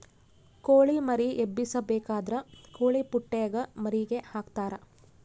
ಕೊಳಿ ಮರಿ ಎಬ್ಬಿಸಬೇಕಾದ್ರ ಕೊಳಿಪುಟ್ಟೆಗ ಮರಿಗೆ ಹಾಕ್ತರಾ